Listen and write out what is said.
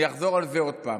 אני אחזור על זה עוד פעם.